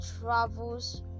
travels